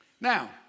Now